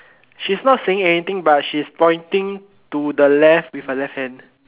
she's not saying anything but she's pointing to the left with her left hand